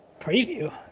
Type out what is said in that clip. Preview